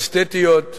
אסתטיות,